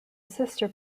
sister